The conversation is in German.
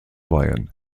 weihen